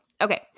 Okay